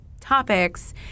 topics